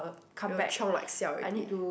it will chiong like siao ready